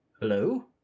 Hello